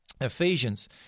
Ephesians